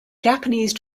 japanese